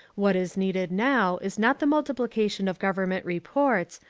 what is needed now is not the multiplication of government reports,